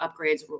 upgrades